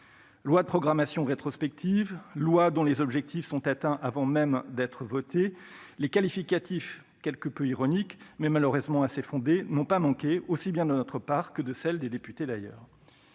Loi de programmation rétrospective »,« loi dont les objectifs sont atteints avant même d'être votés »: les qualificatifs quelque peu ironiques, mais malheureusement assez fondés, n'ont pas manqué, aussi bien de notre part que de celle des députés.